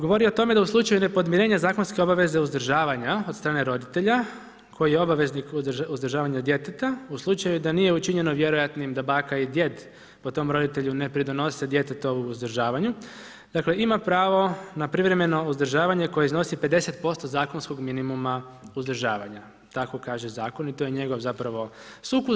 Govori o tome da u slučaju nepodmirenja zakonske obaveze uzdržavanja od strane roditelja koji je obveznik u uzdržavanju djeteta, u slučaju da nije učinjeno vjerojatnim da baka i djed po tom roditelju ne pridonose djetetovu uzdržavanju, dakle ima pravo na privremeno uzdržavanje koje iznosi 50% zakonskog minimuma uzdržavanja, tako kaže zakon i to je njegov zapravo sukus.